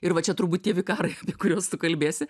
ir va čia turbūt tie vikarai apie kuriuos tu kalbėsi